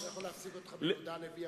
אני לא יכול להפסיק אותך ביהודה הלוי,